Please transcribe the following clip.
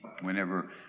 Whenever